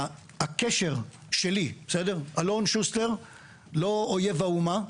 הקשר שלי - אלון שוסטר לא אויב האומה,